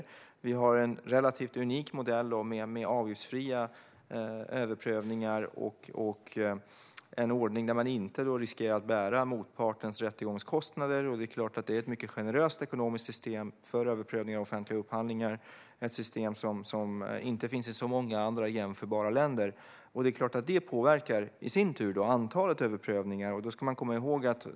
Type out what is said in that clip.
Sverige har en relativt unik modell med avgiftsfria överprövningar och en ordning där man inte riskerar att bära motpartens rättegångskostnader. Det är ett mycket generöst ekonomiskt system för överprövningar av offentliga upphandlingar, och det är ett system som inte finns i så många andra jämförbara länder. Det påverkar i sin tur antalet överprövningar.